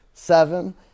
seven